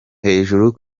hejuru